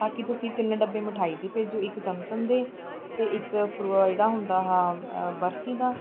ਬਾਕੀ ਤੁਸੀਂ ਤਿੰਨ ਡੱਬੇ ਮਿਠਾਈ ਦੇ ਭੇਜੋ ਇੱਕ ਚਮਚਮ ਦੇ ਅਤੇ ਇੱਕ ਫਰੋ ਜਿਹੜਾ ਹੁੰਦਾ ਆਹ ਬਰਫੀ ਦਾ